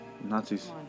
Nazis